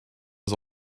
was